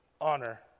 honor